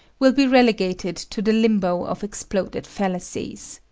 will be relegated to the limbo of exploded fallacies.